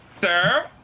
Sir